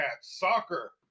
soccer